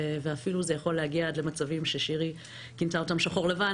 וזה אפילו יכול להגיע עד למצבים ששירי כינתה אותם "שחור לבן",